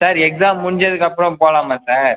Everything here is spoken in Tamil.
சார் எக்ஸாம் முடிஞ்சதுக்கப்புறம் போகலாமா சார்